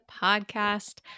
podcast